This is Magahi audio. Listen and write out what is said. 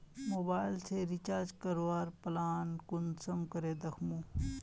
मोबाईल रिचार्ज करवार प्लान कुंसम करे दखुम?